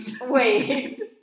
Wait